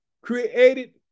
created